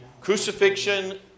crucifixion